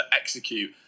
execute